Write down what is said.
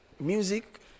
music